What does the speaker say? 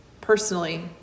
personally